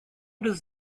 does